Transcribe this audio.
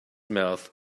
mouth